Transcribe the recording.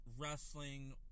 wrestling